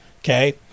Okay